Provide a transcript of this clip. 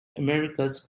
americas